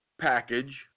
package